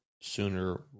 sooner